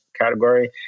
category